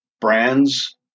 Brands